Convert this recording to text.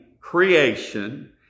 creation